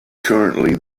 currently